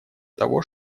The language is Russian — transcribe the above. того